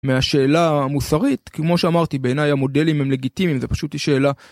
מהשאלה המוסרית כמו שאמרתי בעיניי המודלים הם לגיטימיים זה פשוט היא שאלה.